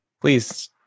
Please